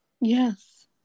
Yes